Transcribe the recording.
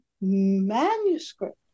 manuscript